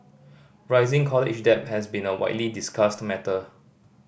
rising college debt has been a widely discussed matter